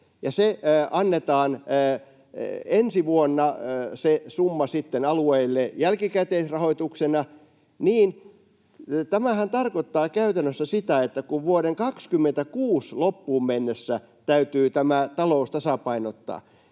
annetaan ensi vuonna sitten alueille jälkikäteisrahoituksena, niin tämähän tarkoittaa käytännössä sitä, että kun vuoden 26 loppuun mennessä täytyy talous tasapainottaa,